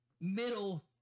middle